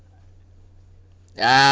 ah